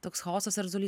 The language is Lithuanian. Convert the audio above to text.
toks chaosas erzulys